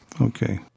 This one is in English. Okay